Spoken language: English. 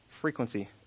frequency